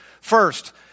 First